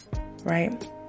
right